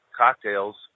cocktails